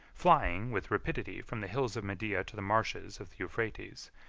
flying with rapidity from the hills of media to the marshes of the euphrates,